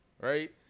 right